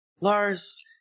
Lars